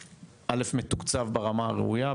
אל"ף, מתוקצב ברמה הראויה.